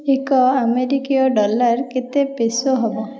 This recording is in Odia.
ଏକ ଆମେରିକୀୟ ଡଲାର କେତେ ପେସୋ ହେବ